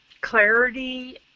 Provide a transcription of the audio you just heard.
clarity